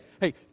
hey